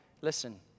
listen